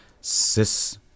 cis